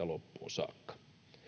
loppuun saakka